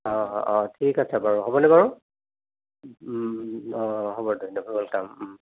অঁ অঁ ঠিক আছে বাৰু হ'বনে বাৰু হ'ব ৱেলকাম